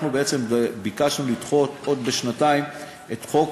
אנחנו ביקשנו לדחות עוד בשנתיים את חוק